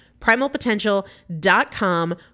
Primalpotential.com